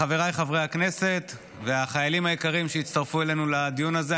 חבריי חברי הכנסת והחיילים היקרים שהצטרפו אלינו לדיון הזה,